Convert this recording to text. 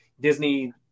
Disney